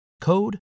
code